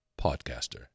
podcaster